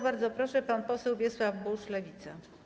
Bardzo proszę, pan poseł Wiesław Buż, Lewica.